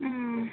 ம்